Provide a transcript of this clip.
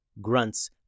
Grunts